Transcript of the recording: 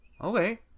okay